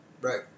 Right